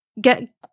Get